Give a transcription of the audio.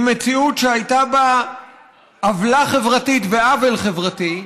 מציאות שהייתה בה עוולה חברתית ועוול חברתי,